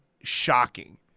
shocking